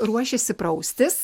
ruošėsi praustis